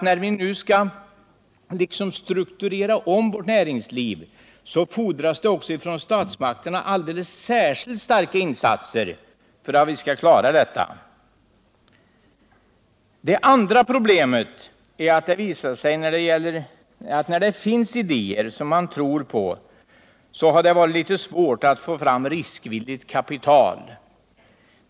När vi nu skall strukturera om vårt näringsliv, fordras det också från statsmakterna alldeles särskilt starka insatser för att vi skall kunna klara detta. Den andra svårigheten är att när det funnits idéer som man har trott på har det varit litet svårt att få fram riskvilligt kapital.